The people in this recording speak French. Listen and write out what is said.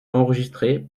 enregistrée